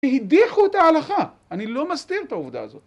והדיחו את ההלכה. אני לא מסתיר את העובדה הזאת.